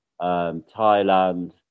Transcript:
Thailand